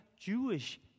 Jewish